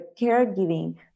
caregiving